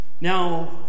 Now